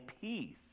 peace